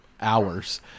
hours